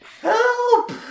Help